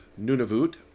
Nunavut